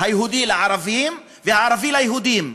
היהודי לערבים והערבי ליהודים.